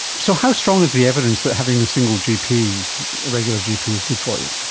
so how strong is the evidence that having a single gp, a regular gp is good for you?